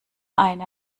eine